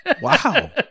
wow